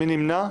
מי נמנע?